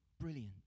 brilliant